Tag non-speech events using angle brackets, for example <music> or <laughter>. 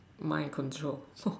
my control <noise>